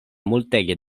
multege